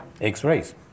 x-rays